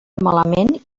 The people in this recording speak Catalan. malament